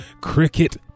Cricket